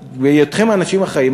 אבל בהיותכם אנשים אחראיים,